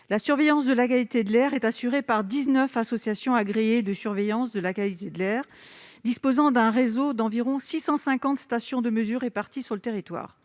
La surveillance de la qualité de l'air est assurée par 19 associations agréées de surveillance de la qualité de l'air (AASQA), disposant d'un réseau d'environ 650 stations de mesure réparties sur le territoire.